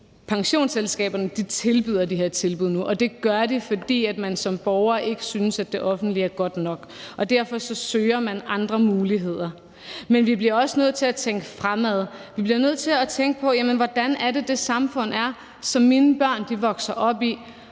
pensionsselskaberne tilbyder de her tilbud nu, og det gør de, fordi man som borger ikke synes, at det offentlige er godt nok, og derfor søger andre muligheder. Men vi bliver også nødt til at tænke fremad. Vi bliver nødt til at tænke på: Hvordan er det, det samfund, som mine børn vokser op i,